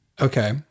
Okay